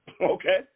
okay